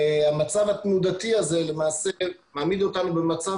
והתנודתיות הזאת למעשה מעמידה אותנו במצב